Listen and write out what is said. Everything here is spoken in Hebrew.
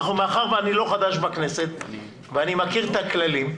מאחר שאני לא חדש בכנסת ואני מכיר את הכללים,